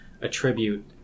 attribute